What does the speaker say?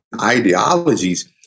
ideologies